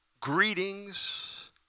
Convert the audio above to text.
Greetings